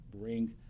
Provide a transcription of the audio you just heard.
bring